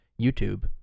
YouTube